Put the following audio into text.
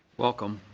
welcome.